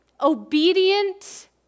obedient